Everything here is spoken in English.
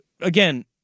Again